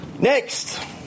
Next